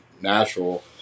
natural